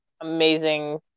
Amazing